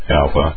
Alpha